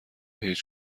هیچ